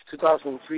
2003